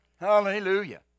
Hallelujah